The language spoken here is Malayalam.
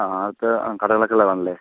ആ അടുത്ത് കടകളൊക്കെ ഉള്ളത് വേണമല്ലേ